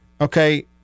Okay